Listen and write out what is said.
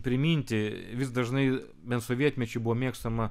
priminti vis dažnai bent sovietmečiu buvo mėgstama